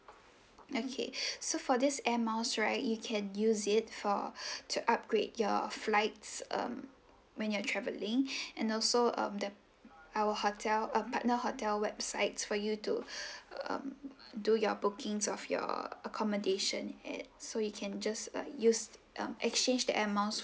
okay so for this air miles right you can use it for to upgrade your flights um when you're travelling and also um the our hotel uh partner hotel websites for you to um do your bookings of your accommodation at so you can just uh use um exchange the air miles